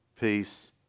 peace